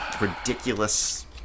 ridiculous